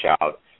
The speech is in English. out